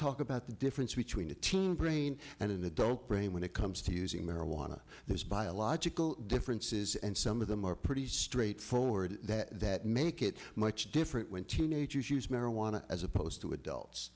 talk about the difference between the teen brain and in the dope brain when it comes to using marijuana there's biological differences and some of them are pretty straightforward that that make it much different when teenagers use marijuana as opposed to adults